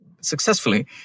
successfully